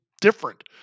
different